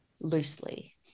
loosely